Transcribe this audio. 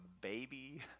baby